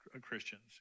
Christians